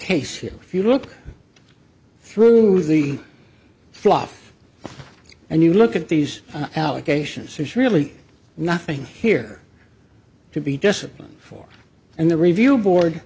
here if you look through the fluff and you look at these allegations there's really nothing here to be disciplined for and the review board